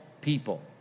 people